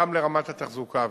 גם לרמת התחזוקה.